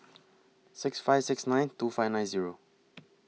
six five six nine two five nine Zero